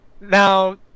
Now